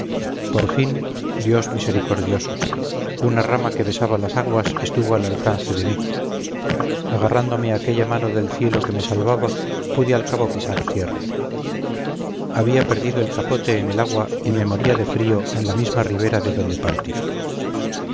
por fin dios misericordioso una rama que besaba las aguas estuvo al alcance de mí agarrándome a aquella mano del cielo que me salvaba pude al cabo pisar tierra había perdido el capote en el agua y me moría de frío en la misma ribera de donde partí